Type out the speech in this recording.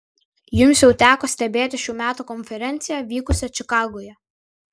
jums jau teko stebėti šių metų konferenciją vykusią čikagoje